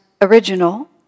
original